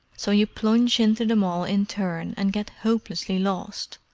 so you plunge into them all in turn, and get hopelessly lost.